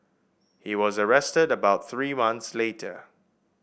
he was arrested about three months later